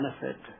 benefit